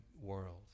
world